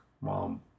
mom